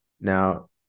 Now